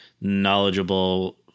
knowledgeable